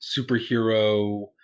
superhero